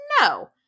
no